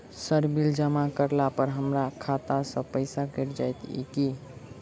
Sir bill जमा करला पर हमरा खाता सऽ पैसा कैट जाइत ई की?